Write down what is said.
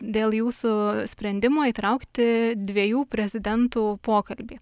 dėl jūsų sprendimo įtraukti dviejų prezidentų pokalbį